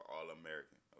All-American